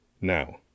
Now